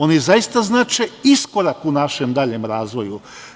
Oni zaista znače iskorak u našem daljem razvoju.